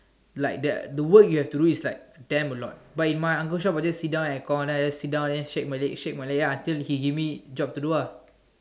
like the the work you have to do is like stamp a lot but in my uncle shop I just sit down at air con then I just sit down then shake my leg shake my leg ya until he give me job to do lah